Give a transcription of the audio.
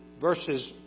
verses